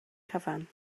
cyfan